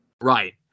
Right